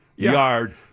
yard